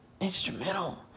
instrumental